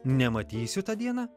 nematysiu tą dieną